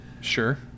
Sure